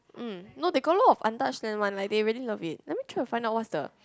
mm no they got a lot of untouched land one like they really have it let me try out find what's the